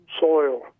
soil